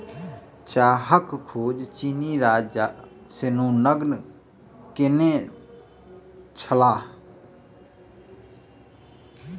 चाहक खोज चीनी राजा शेन्नॉन्ग केने छलाह